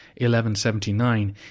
1179